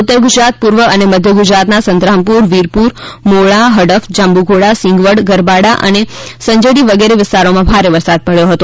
ઉત્તર ગુજરાત પૂર્વ અને મધ્ય ગુજરાતના સંતરામપુર વિરપુર મોરળા હડફ જાંબુઘોડા સિંગવડ ગરબાડા અને સંજેલી વગેરે વિસ્તારોમાં ભારે વરસાદ પડ્યો હતો